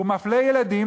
הוא מפלה ילדים,